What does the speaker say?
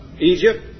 Egypt